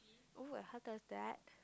oo and how does that